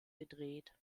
gedreht